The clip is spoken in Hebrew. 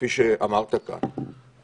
כפי שאמרת כאן.